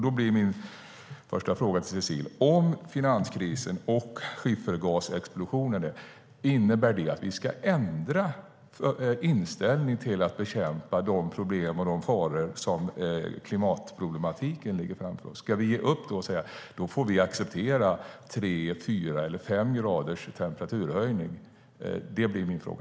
Då blir mina frågor till Cecilie: Innebär finanskrisen och skiffergasexplosionen att vi ska ändra inställning till bekämpandet av de faror som klimatproblematiken lägger framför oss? Ska vi ge upp och säga att vi då får acceptera tre, fyra eller fem graders temperaturhöjning?